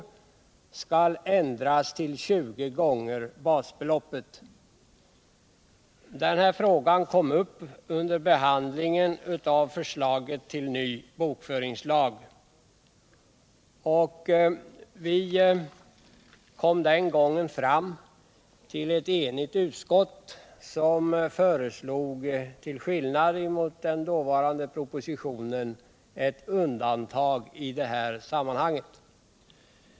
skall ändras till 20 gånger basbeloppet. Denna fråga kom upp under behandlingen av förslaget till ny bokföringslag. Vi kom den gången fram till ett enhälligt utskottsbetänkande som föreslog — till skillnad mot vad som föreslogs i den dåvarande propositionen — ett undantag i det här sammanhanget.